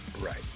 Right